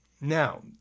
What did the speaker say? Now